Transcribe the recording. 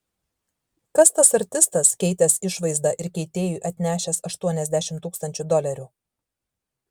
kas tas artistas keitęs išvaizdą ir keitėjui atnešęs aštuoniasdešimt tūkstančių dolerių